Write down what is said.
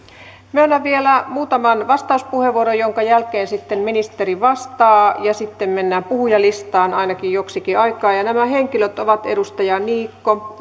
myönnän vielä muutaman vastauspuheenvuoron joiden jälkeen sitten ministeri vastaa ja sitten mennään puhujalistaan ainakin joksikin aikaa nämä henkilöt ovat edustajat niikko